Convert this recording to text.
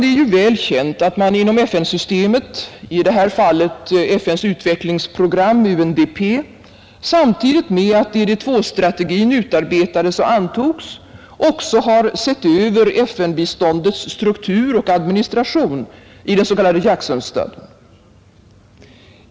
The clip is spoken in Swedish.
Det är ju väl känt att man inom FN-systemet, i detta fall FN:s utvecklingsprogram UNDP, samtidigt med att DD2-strategin utarbetades och antogs också har sett över FN-biståndets struktur och administration i den s.k. Jacksonstudien.